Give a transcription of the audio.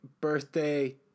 birthday